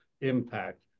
impact